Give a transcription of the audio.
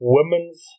Women's